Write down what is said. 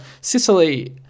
Sicily